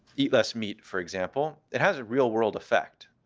eat less meat, for example, it has a real world effect